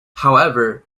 however